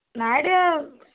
ନାହିଁ ଏଇଟା